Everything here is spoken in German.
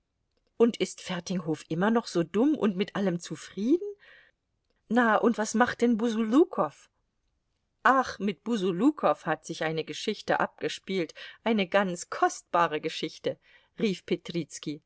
und ist fertinghof immer noch so dumm und mit allem zufrieden na und was macht denn busulukow ach mit busulukow hat sich eine geschichte abgespielt eine ganz kostbare geschichte rief petrizki